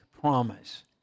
Promise